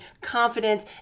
confidence